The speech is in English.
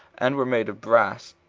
and were made of brass.